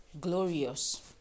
glorious